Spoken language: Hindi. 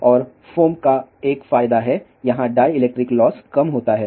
और फोम का एक फायदा हैं यहाँ डाईइलेक्ट्रीक लॉस कम होता है